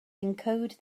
encode